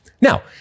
Now